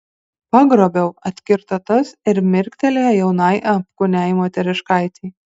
pagrobiau atkirto tas ir mirktelėjo jaunai apkūniai moteriškaitei